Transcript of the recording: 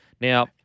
Now